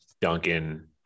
Duncan